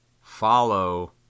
Follow